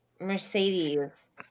Mercedes